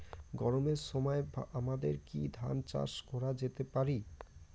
গরমের সময় আমাদের কি ধান চাষ করা যেতে পারি?